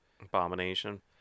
abomination